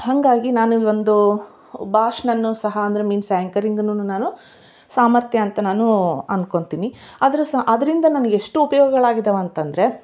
ಹಾಗಾಗಿ ನಾನು ಒಂದು ಭಾಷ್ಣನ್ನು ಸಹ ಅಂದರೆ ಮೀನ್ಸ್ ಆ್ಯಂಕರಿಂಗುನುನ್ನು ನಾನು ಸಾಮರ್ಥ್ಯ ಅಂತ ನಾನು ಅನ್ಕೊಳ್ತೀನಿ ಆದರೆ ಸ ಅದರಿಂದ ನನ್ಗ ಎಷ್ಟು ಉಪ್ಯೋಗಗಳು ಆಗಿದಾವ ಅಂತಂದರೆ